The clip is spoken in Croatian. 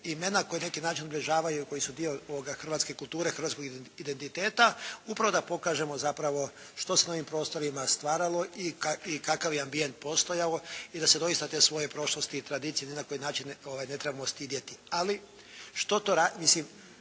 imena koji na neki način ugrožavaju, koji su dio hrvatske kulture, hrvatskog identiteta, upravo da pokažemo zapravo što se na ovim prostorima stvaralo i kakav je ambijent postojao i da se doista te svoje prošlosti i tradicije ni na koji način ne trebamo stidjeti.